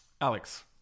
Alex